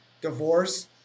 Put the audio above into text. Divorce